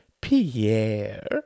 Pierre